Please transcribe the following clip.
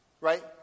right